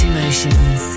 Emotions